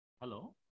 Hello